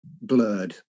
blurred